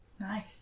Nice